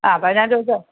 ആ പതിനായിരം രൂപയ്ക്ക്